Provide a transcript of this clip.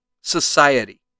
society